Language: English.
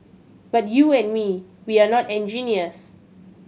but you and me we're not engineers